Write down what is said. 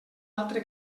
altre